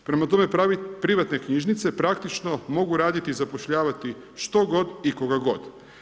Prema tome privatne knjižnice praktično mogu raditi i zapošljavati što god i koga god.